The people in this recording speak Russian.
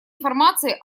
информации